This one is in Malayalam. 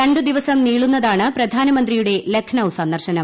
രണ്ടു ്ര ദിവസം നീളുന്നതാണ് പ്രധാനമന്ത്രിയുടെ ലക്നൌ സന്ദർശനം